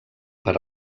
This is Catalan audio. per